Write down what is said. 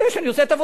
אני עושה את עבודתי,